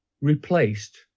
replaced